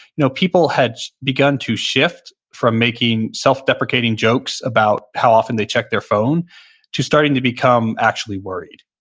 you know people had begun to shift from making self-deprecating jokes about how often they check their phones to starting to become actually worried,